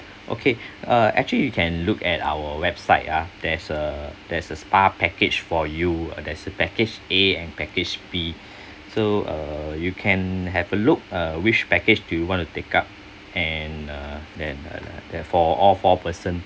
okay uh actually you can look at our website ah there's a there's a spa package for you there's a package A and package B so uh uh you can have a look uh which package do you want to take up and uh then uh the for all four person